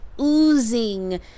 oozing